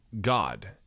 God